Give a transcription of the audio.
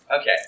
Okay